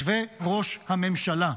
מתווה ראש הממשלה.